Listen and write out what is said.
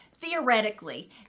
theoretically